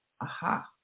Aha